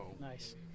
Nice